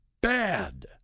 bad